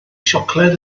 siocled